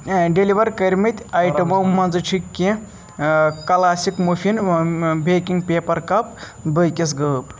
deliver کٔرمٕتۍ آیٹمو منٛز چھِ کینٛہہ classic muffin baking paper cup box غٲب